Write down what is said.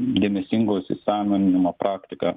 dėmesingo įsisąmoninimo praktika